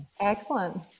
excellent